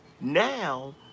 Now